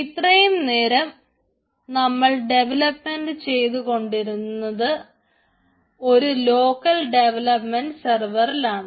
ഇത്രയും നേരം നമ്മൾ ഡെവലപ്പ് ചെയ്തു കൊണ്ടിരുന്നത് ഒരു ലോക്കൽ ഡെവലപ്മെൻറ് സർവറിലാണ്